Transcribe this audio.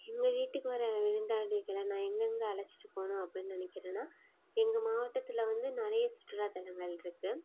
எங்கள் வீட்டுக்கு வர விருந்தாளிகளை நான் எங்கெங்க அழைச்சிட்டு போகணும் அப்படின்னு நினைக்குறேன்னா எங்கள் மாவட்டத்தில் வந்து நிறைய சுற்றுலாத்தலங்கள் இருக்குது